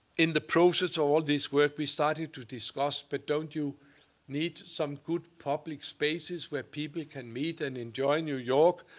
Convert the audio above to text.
in the process of all this work, we started to discuss, but don't you need some good public spaces where people can meet and enjoy new york?